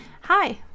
Hi